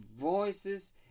voices